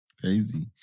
Crazy